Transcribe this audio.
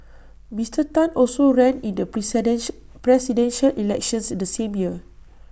Mister Tan also ran in the Presidential Elections the same year